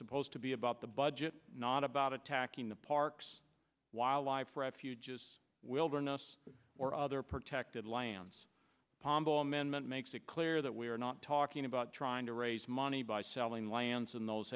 supposed to be about the budget not about attacking the parks wildlife refuges wilderness or other protected lands pombo amendment makes it clear that we are not talking about trying to raise money by selling lands in those